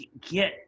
get